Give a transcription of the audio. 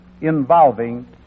involving